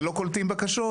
ולא קולטים בקשות,